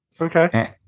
Okay